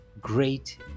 great